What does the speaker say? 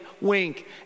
wink